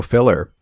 Filler